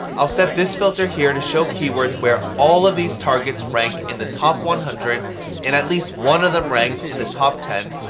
i'll set this filter here to show keywords where all of these targets rank in the top one hundred and at least one of them ranks in the top ten,